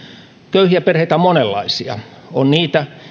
köyhiä perheitä on monenlaisia on niitä